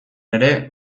ere